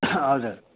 हजुर